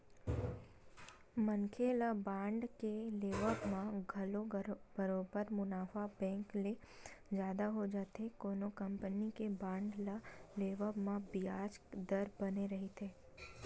मनखे ल बांड के लेवब म घलो बरोबर मुनाफा बेंक ले जादा हो जाथे कोनो कंपनी के बांड ल लेवब म बियाज दर बने रहिथे